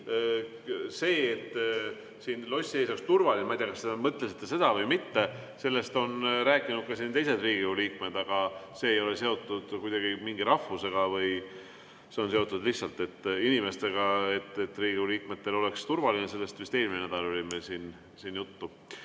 see, et siin lossi ees oleks turvaline – ma ei tea, kas te mõtlesite seda või mitte –, sellest on rääkinud ka teised Riigikogu liikmed, aga see ei ole seotud kuidagi mingi rahvusega, see on seotud lihtsalt inimestega, et Riigikogu liikmetel oleks turvaline. Sellest vist eelmine nädal oli meil siin juttu. Aga